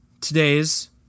today's